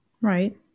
Right